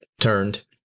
turned